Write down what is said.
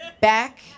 back